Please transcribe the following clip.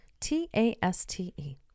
T-A-S-T-E